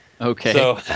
Okay